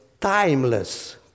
timeless